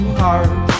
heart